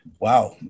wow